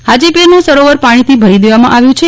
હાજીપીર નું સરોવર પાણીથી ભરી દેવામાં આવ્યું છે